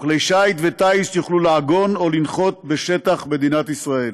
וכלי שיט וטיס יוכלו לעגון או לנחות בשטח מדינת ישראל.